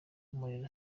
umuriro